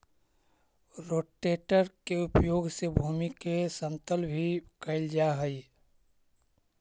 rotator के उपयोग से भूमि के समतल भी कैल जा हई